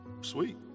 sweet